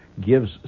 gives